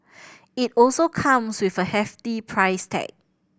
it also comes with a hefty price tag